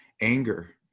anger